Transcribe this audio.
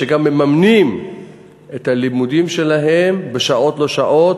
שגם מממנים את הלימודים שלהם בשעות לא שעות,